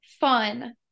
fun